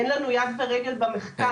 אין לנו יד ורגל במחקר,